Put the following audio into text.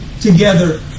together